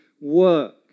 work